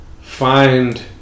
find